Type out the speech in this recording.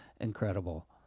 incredible